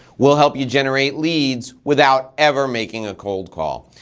we'll help you generate leads without ever making a cold call.